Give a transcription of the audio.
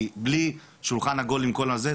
כי בלי שולחן עגול עם כל הזה,